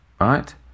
right